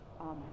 Amen